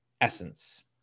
essence